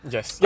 Yes